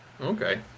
Okay